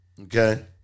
Okay